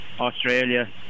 Australia